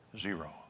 Zero